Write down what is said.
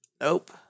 Nope